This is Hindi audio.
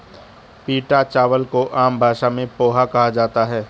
पीटा चावल को आम भाषा में पोहा कहा जाता है